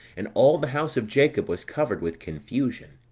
and all the house of jacob was covered with confusion.